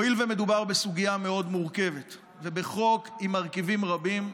הואיל ומדובר בסוגיה מאוד מורכבת ובחוק עם מרכיבים רבים,